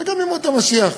זה גם ימות המשיח.